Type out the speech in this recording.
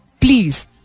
please